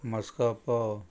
Mosca फोव